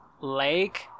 lake